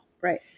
right